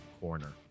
corner